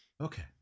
Okay